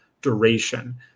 duration